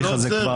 אני לא עוצר.